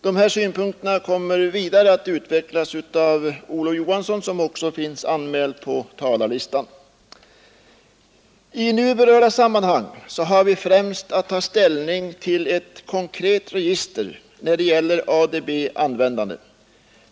Dessa synpunkter kommer vidare att utvecklas av herr Olof Johansson i Stockholm, som också är anmäld på talarlistan. I nu berörda sammanhang har vi främst att ta ställning till ett konkret register för ADB-användning.